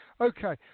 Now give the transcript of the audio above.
Okay